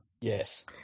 Yes